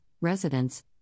residents